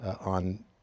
on